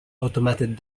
automated